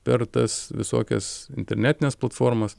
per tas visokias internetines platformas